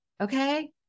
Okay